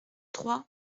trois